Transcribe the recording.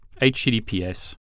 HTTPS